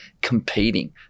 competing